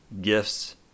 gifts